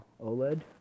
OLED